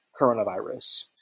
coronavirus